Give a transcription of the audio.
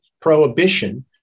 prohibition